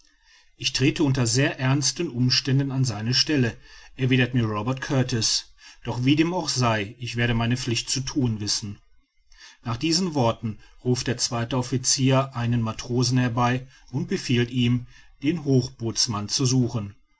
ich trete unter sehr ernsten umständen an seine stelle erwidert mir robert kurtis doch wie dem auch sei ich werde meine pflicht zu thun wissen nach diesen worten ruft der zweite officier einen matrosen herbei und befiehlt ihm den hochbootsmann zu suchen